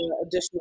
additional